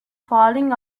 falling